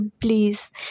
please